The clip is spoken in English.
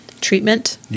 treatment